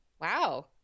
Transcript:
Wow